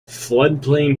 floodplain